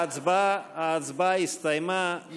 ההצבעה הסתיימה.